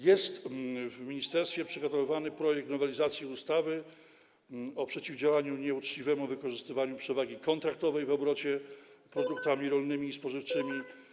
Jest w ministerstwie przygotowywany projekt nowelizacji ustawy o przeciwdziałaniu nieuczciwemu wykorzystywaniu przewagi kontraktowej w obrocie produktami rolnymi i spożywczymi.